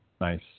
nice